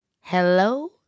Hello